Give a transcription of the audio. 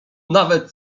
nawet